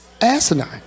asinine